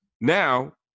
Now